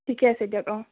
ঠিকে আছে দিয়ক অ'